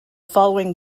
following